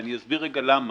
ואני אסביר למה.